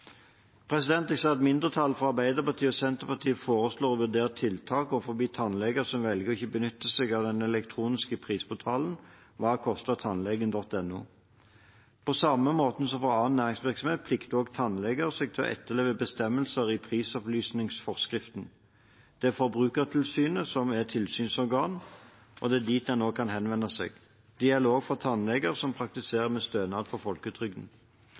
Jeg ser at mindretallet fra Arbeiderpartiet og Senterpartiet foreslår å vurdere tiltak overfor tannleger som velger å ikke benytte seg av den elektroniske prisportalen hvakostertannlegen.no. På samme måten som for annen næringsvirksomhet plikter også tannleger å etterleve bestemmelser i prisopplysningsforskriften. Det er Forbrukertilsynet som er tilsynsorgan, og det er dit en kan henvende seg. Det gjelder også for tannleger som praktiserer med stønad